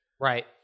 Right